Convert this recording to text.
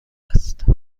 است